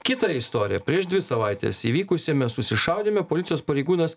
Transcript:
kita istorija prieš dvi savaites įvykusiame susišaudyme policijos pareigūnas